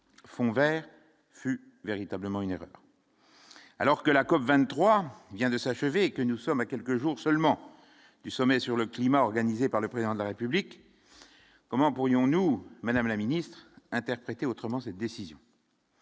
fond Vert véritablement une erreur alors que la COB 23 il bien de s'achever que nous sommes à quelques jours seulement du sommet sur le climat organisée par le président de la République, comment pourrions-nous, Madame la Ministre, interpréter autrement cette décision.